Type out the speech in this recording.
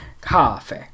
coffee